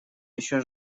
еще